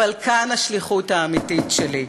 אבל כאן השליחות האמיתית שלי.